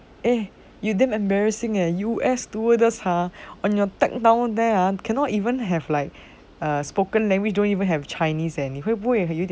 eh you damn embarrassing eh you s~ stewardess ah on your tag down there ah cannot even have like a spoken language don't even have chinese eh 你会不会有一点丢脸